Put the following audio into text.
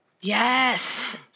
Yes